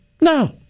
No